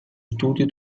studio